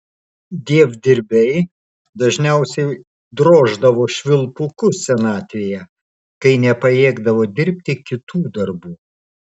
dievdirbiai dažniausiai droždavo švilpukus senatvėje kai nepajėgdavo dirbti kitų darbų